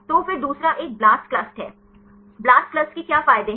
तो फिर दूसरा एक ब्लास्टक्लस्ट है ब्लास्टक्लस्ट के क्या फायदे हैं